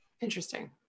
Interesting